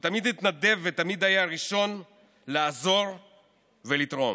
הוא תמיד התנדב ותמיד היה ראשון לעזור ולתרום.